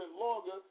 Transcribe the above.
longer